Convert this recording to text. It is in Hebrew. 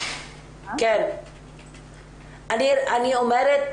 אני אומרת